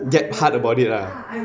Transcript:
get hard about it ah